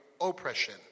oppression